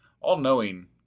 all-knowing